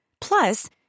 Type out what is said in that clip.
Plus